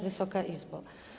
Wysoka Izbo!